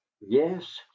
yes